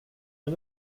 jag